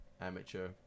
amateur